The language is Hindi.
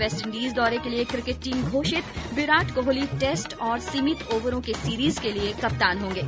वेस्टइंडीज दौरे के लिये किकेट टीम घोषित विराट कोहली टेस्ट और सीमित ओवरों की सीरिज के लिये कप्तान होंगे